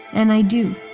and i do.